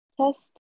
test